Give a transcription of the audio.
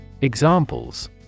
Examples